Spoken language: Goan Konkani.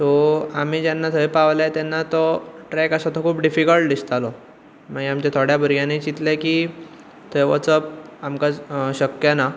सो आमी जेन्ना थंय पावले तेन्ना तो ट्रॅक आसा तो खूब डिफिकल्ट दिसतालो मागीर आमच्या थोड्या भुरग्यांनीं चिंतलें की थंय वचप आमकां शक्य ना